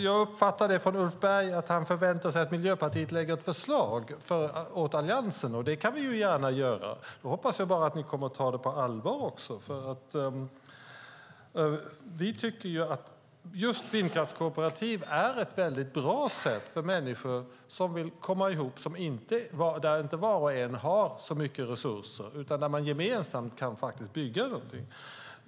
Jag uppfattar från Ulf Berg att han förväntar sig att Miljöpartiet lägger fram ett förslag åt Alliansen. Det kan vi gärna göra! Då hoppas jag bara att ni kommer att ta det på allvar också. Vi tycker att just vindkraftskooperativ är ett bra sätt för människor som vill komma ihop där var och en inte har så mycket resurser, utan där man gemensamt kan bygga någonting.